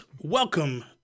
welcome